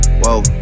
Whoa